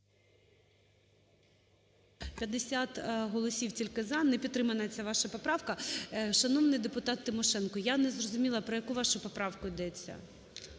50 голосів тільки "за". Не підтримана ця ваша поправка. Шановний депутат Тимошенко, я не зрозуміла, про яку вашу поправку йдеться.